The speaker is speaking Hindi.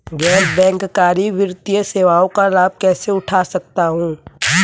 गैर बैंककारी वित्तीय सेवाओं का लाभ कैसे उठा सकता हूँ?